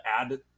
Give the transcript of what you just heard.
add